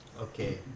okay